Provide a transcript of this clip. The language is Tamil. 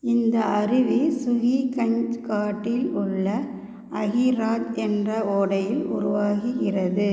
இந்த அருவி சுயிகஞ்ச் காட்டில் உள்ள அஹிராஜ் என்ற ஓடையில் உருவாகிகிறது